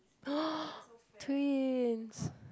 twins